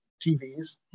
tvs